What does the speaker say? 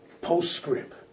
Postscript